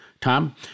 Tom